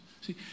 see